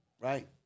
right